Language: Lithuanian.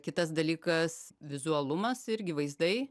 kitas dalykas vizualumas irgi vaizdai